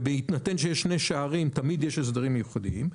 ובהינתן שיש שני שערים תמיד יש הסדרים מיוחדים,